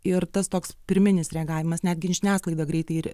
ir tas toks pirminis reagavimas netgi ir žiniasklaida greitai ir